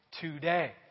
today